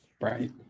right